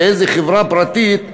לאיזה חברה פרטית,